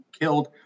killed